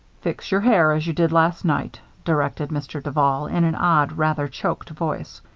fix your hair as you did last night, directed mr. duval, in an odd, rather choked voice.